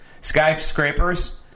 skyscrapers